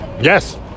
Yes